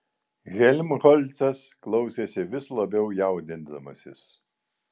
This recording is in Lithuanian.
helmholcas klausėsi vis labiau jaudindamasis